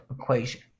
equation